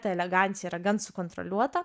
ta elegancija yra gan sukontroliuota